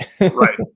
right